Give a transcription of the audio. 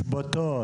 אבל הן מושבתות.